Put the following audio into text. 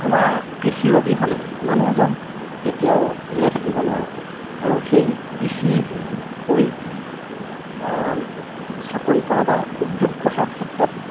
আমাৰ কৃষিৰ অবিহনে মানুহজন কেতিয়াও জীয়াই থাকিব নোৱাৰে আৰু সেই কৃষি কৰি চাকৰি কৰা বা উদ্যোগ গঢ়াৰ ক্ষেত্ৰত